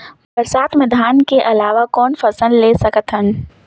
बरसात मे धान के अलावा कौन फसल ले सकत हन?